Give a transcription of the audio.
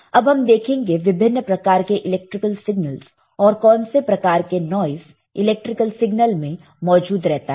अब हम देखेंगे विभिन्न प्रकार के इलेक्ट्रिकल सिग्नलस और कौन से प्रकार के नॉइस इलेक्ट्रिकल सिग्नल में मौजूद रहते हैं